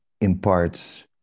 imparts